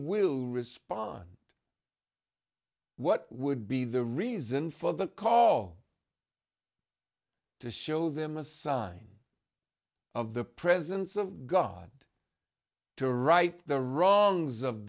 will respond what would be the reason for the call to show them a sign of the presence of god to right the wrongs of